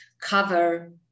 cover